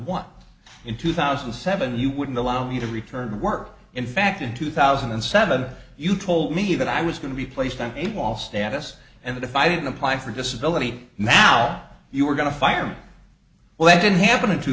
one in two thousand and seven you wouldn't allow me to return to work in fact in two thousand and seven you told me that i was going to be placed on a wall status and that if i didn't apply for disability now you were going to fire me well that didn't happen in two